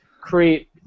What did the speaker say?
create